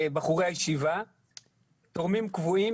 התורמים שלנו הם תורמים קבועים.